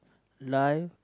life